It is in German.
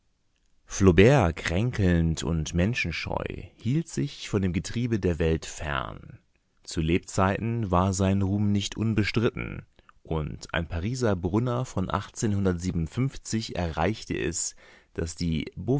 kränkelnd und menschenscheu hielt sich von dem getriebe der welt fern zu lebzeiten war sein ruhm nicht unbestritten und ein pariser brunner von erreichte es daß die